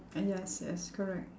yes yes correct